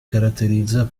caratterizza